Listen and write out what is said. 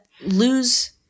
lose